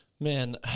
Man